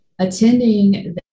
attending